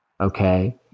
Okay